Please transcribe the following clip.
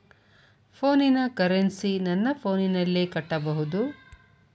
ಫೋನಿನ ಕರೆನ್ಸಿ ನನ್ನ ಫೋನಿನಲ್ಲೇ ಕಟ್ಟಬಹುದು?